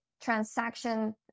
transaction